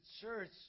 church